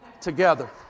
together